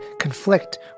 conflict